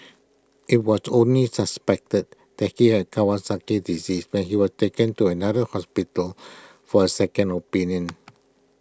IT was only suspected that he had Kawasaki disease when he was taken to another hospital for A second opinion